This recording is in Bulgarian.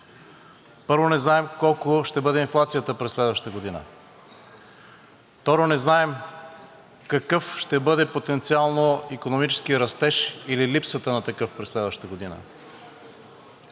Първо, не знаем колко ще бъде инфлацията през следващата година. Второ, не знаем какъв ще бъде потенциално икономическият растеж или липсата на такъв през следващата година